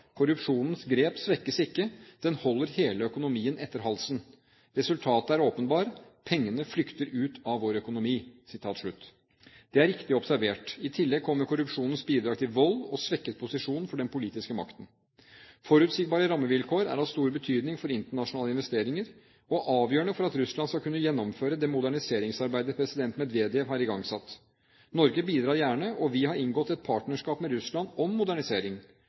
grep svekkes ikke, den holder hele økonomien etter halsen. Resultatet er åpenbart: Pengene flykter ut av vår økonomi.» Det er riktig observert. I tillegg kommer korrupsjonens bidrag til vold og svekket posisjon for den politiske makten. Forutsigbare rammevilkår er av stor betydning for internasjonale investeringer og avgjørende for at Russland skal kunne gjennomføre det moderniseringsarbeidet president Medvedev har igangsatt. Norge bidrar gjerne, og vi har inngått et partnerskap med Russland om modernisering.